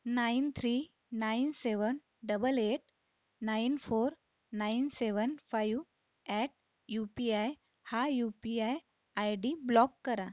nine three nine seven double eight nine four nine seven five at U P I हा U P I I D block करा